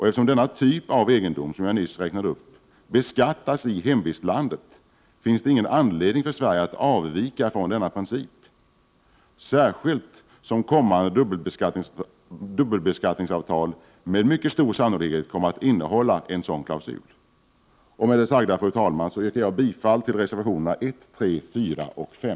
Eftersom den typ av egendom som jag nyss räknade upp beskattas i hemvistlandet, finns det ingen anledning för Sverige att avvika från denna princip, särskilt som kommande dubbelbeskattningsavtal med stor sannolikhet kommer att innehålla en sådan klausul. Med det sagda, fru talman, yrkar jag bifall till reservationerna 1,3, 4 och 5.